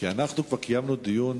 כדי שזה לא יקרה.